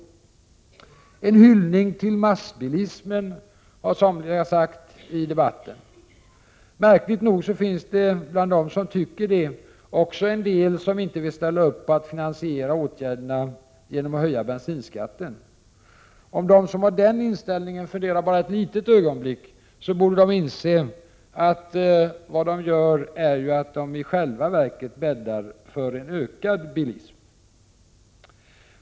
Somliga har i debatten sagt att propositionen skulle vara en hyllning till massbilismen. Märkligt nog finns det bland dem som tycker det också en del som inte vill ställa upp på att finansiera åtgärderna genom att höja bensinskatten. Om de som har den inställningen funderar ett kort ögonblick borde de inse att de genom sitt handlande i själva verket bäddar för en ökad bilism.